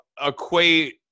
equate